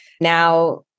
Now